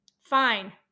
fine